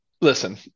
listen